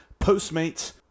PostMates